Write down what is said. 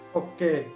okay